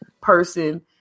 person